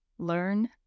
learn